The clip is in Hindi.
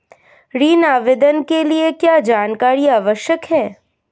ऋण आवेदन के लिए क्या जानकारी आवश्यक है?